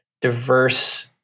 diverse